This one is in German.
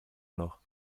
noch